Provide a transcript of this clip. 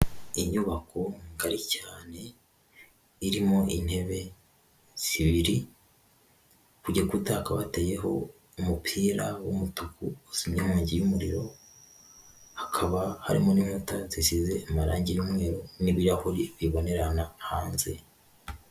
Inyubako ngari cyane, irimo intebe zibiri, ku gikuta haka hateyeho umupira w'umutuku uzimya inkongi y'umuriro. Hakaba harimo n'inkuta zisize amarangi y'umweru n'ibirahuri bibonerana hanze.